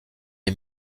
est